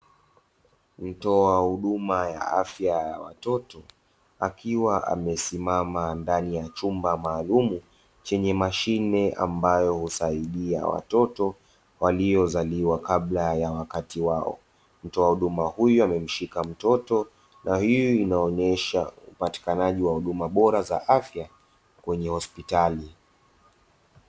Mtoa huduma ya afya ya watoto akiwa amesimama ndani ya chumba maalumu chenye mashine ambayo husaidia watoto waliozaliwa kabla ya wakati wao, mtoa huduma huyo amemshika mtoto, na hii inaonesha upatikanaji wa huduma bora za afya kwenye hospitali.